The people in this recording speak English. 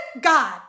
God